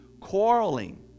quarreling